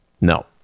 No